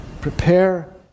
prepare